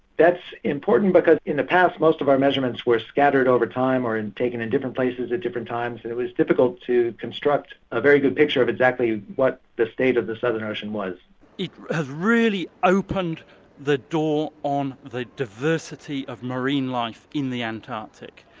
that's important because in the past most of our measurements were scattered over time or taken in different places at different times, and it was difficult to construct a very good picture of exactly what the state of the southern ocean was. it has really opened the door on the diversity of marine life in the antarctic.